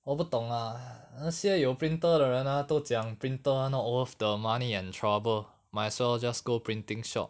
我不懂 lah 那些有 printer 的人 ah 都讲 printer not worth the money and trouble might as well just go printing shop